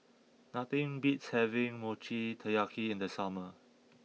nothing beats having Mochi Taiyaki in the summer